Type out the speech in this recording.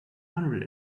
hundred